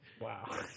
Wow